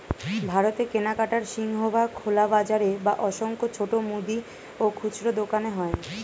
ভারতে কেনাকাটার সিংহভাগ খোলা বাজারে বা অসংখ্য ছোট মুদি ও খুচরো দোকানে হয়